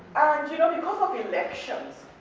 and you know, because of elections,